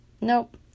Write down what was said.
Nope